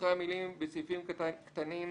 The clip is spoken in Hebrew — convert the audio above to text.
אחרי המילים "בסעיפים קטנים (ב)